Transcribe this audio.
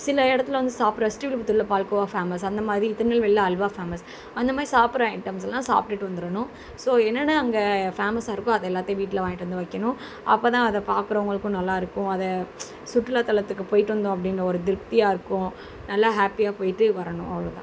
சில இடத்துல வந்து சாப்பிட்ற ஸ்ரீவில்லிபுத்தூர்ல பால்கோவா ஃபேமஸ் அந்தமாதிரி திருநெல்வேலியில அல்வா ஃபேமஸ் அந்தமாதிரி சாப்பிட்ற ஐட்டம்ஸ் எல்லாம் சாப்பிட்டுட்டு வந்துடணும் ஸோ என்னென்ன அங்கே ஃபேமஸாக இருக்கோ அதை எல்லாத்தையும் வீட்டில வாங்கிட்டு வந்து வைக்கணும் அப்போதான் அதை பார்க்குறவங்களுக்கும் நல்லா இருக்கும் அதை சுற்றுலாத்தலத்துக்கு போய்ட்டு வந்தோம் அப்படின்ற ஒரு திருப்தியாக இருக்கும் நல்லா ஹேப்பியாக போய்ட்டு வரணும் அவ்வளோ தான்